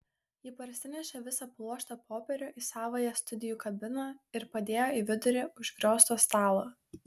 ji parsinešė visą pluoštą popierių į savąją studijų kabiną ir padėjo į vidurį užgriozto stalo